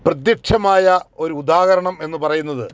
പ്രത്യക്ഷമായ ഒരു ഉദാഹരണം എന്ന് പറയുന്നത്